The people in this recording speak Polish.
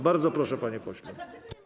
Bardzo proszę, panie pośle.